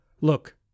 Look